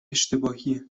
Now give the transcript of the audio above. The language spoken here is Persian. اشتباهیه